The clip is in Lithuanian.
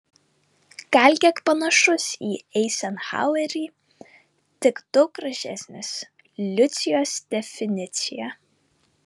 gal kiek panašus į eizenhauerį tik daug gražesnis liucijos definicija